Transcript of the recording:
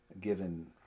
given